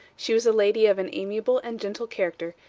she was a lady of an amiable and gentle character,